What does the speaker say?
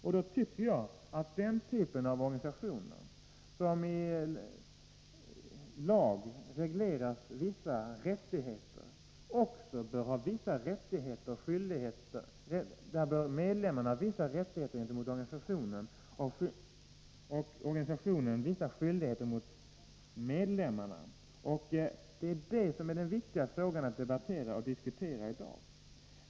Därför tycker jag att det i den typ av organisationer som har vissa rättigheter reglerade i lag också bör finnas vissa rättigheter för medlemmarna gentemot organisationen och vissa skyldigheter för organisationen gentemot medlemmarna. Det är det som är den viktiga frågan att debattera i dag.